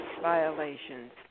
violations